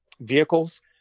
vehicles